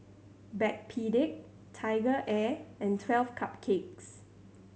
Backpedic TigerAir and Twelve Cupcakes